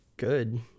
good